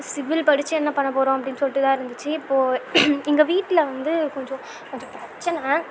civil படித்து என்ன பண்ணப்போகிறோம் அப்படின்னு சொல்லிட்டு தான் இருந்துச்சு இப்போது எங்கள் வீட்டில் வந்து கொஞ்சம் கொஞ்சம் பிரச்சனை